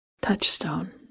Touchstone